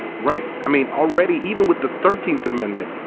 right. i mean, already even with the thirteenth amendment,